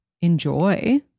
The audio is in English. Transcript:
enjoy